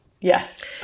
Yes